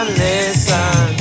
listen